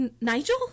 nigel